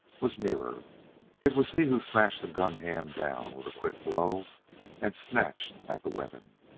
was nearer it was he who smashed the gun-hand down with a quick blow and snatched at the weapon.